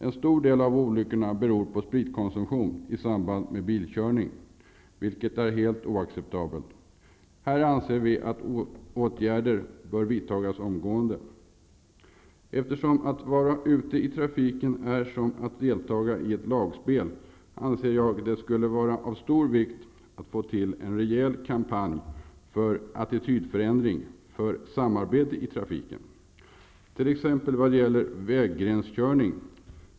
En stor del av olyckorna beror på spritkonsumtion i samband med bilkörning, vilket är helt oacceptabelt. Här anser vi att åtgärder bör vidtas omgående. Att vara ute i trafiken är som att delta i ett lagspel. Därför anser jag att det skulle vara av stor vikt att få till stånd en rejäl kampanj för attitydförändring för samarbete i trafiken, t.ex. vad gäller vägrenskörning.